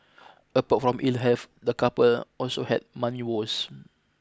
apart from ill health the couple also had money woes